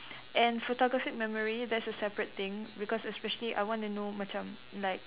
and photographic memory that's a separate thing because especially I want to know macam like